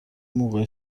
موقع